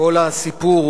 קראתי את הספר.